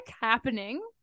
happening